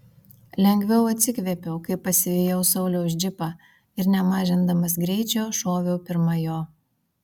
lengviau atsikvėpiau kai pasivijau sauliaus džipą ir nemažindamas greičio šoviau pirma jo